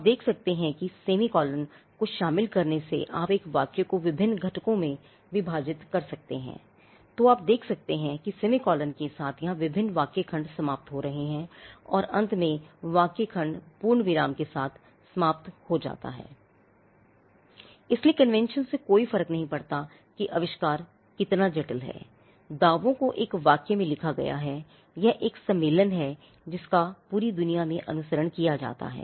आप देख सकते हैं कि semi colon के साथ यहाँ विभिन्न वाक्य खंड समाप्त हो रहे हैं और अंत में वाक्य खंड पूर्ण विराम के साथ समाप्त हो जाता है